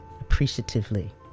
appreciatively